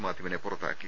മാത്യുവിനെ പുറത്താക്കി